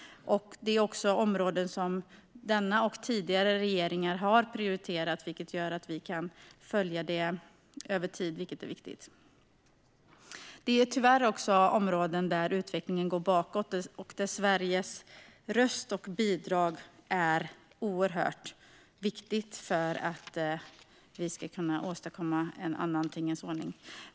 Det är också områden som denna och tidigare regeringar har prioriterat, vilket gör att vi kan följa det över tid, vilket är viktigt. Det är tyvärr också områden där utvecklingen går bakåt. Sveriges röst och bidrag är oerhört viktiga för att vi ska kunna åstadkomma en annan tingens ordning.